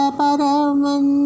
paraman